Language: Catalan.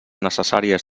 necessàries